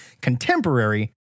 contemporary